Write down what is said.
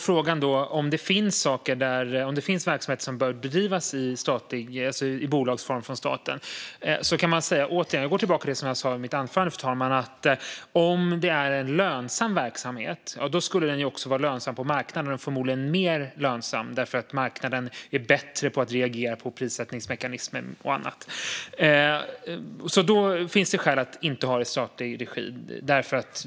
Som svar på frågan om det finns verksamheter som bör bedrivas i bolagsform från staten går jag tillbaka till det som jag sa i mitt anförande. Om det är en lönsam verksamhet skulle den också vara lönsam på marknaden, och förmodligen mer lönsam eftersom marknaden är bättre på att reagera på prissättningsmekanismer och annat. Då finns det skäl att inte ha det i statlig regi.